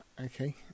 Okay